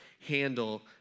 handle